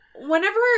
Whenever